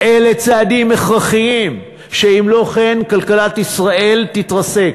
אלה צעדים הכרחיים, שאם לא כן כלכלת ישראל תתרסק.